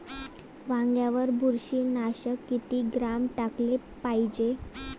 वांग्यावर बुरशी नाशक किती ग्राम टाकाले पायजे?